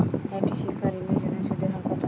একটি শিক্ষা ঋণের জন্য সুদের হার কত?